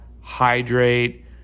hydrate